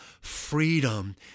freedom